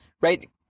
Right